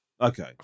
okay